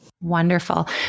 Wonderful